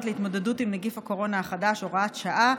להתמודדות עם נגיף הקורונה החדש (הוראת שעה)